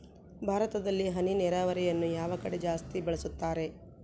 ಭಾರತದಲ್ಲಿ ಹನಿ ನೇರಾವರಿಯನ್ನು ಯಾವ ಕಡೆ ಜಾಸ್ತಿ ಬಳಸುತ್ತಾರೆ?